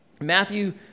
Matthew